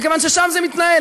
מכיוון ששם זה מתנהל.